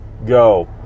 go